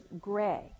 gray